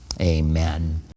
Amen